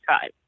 time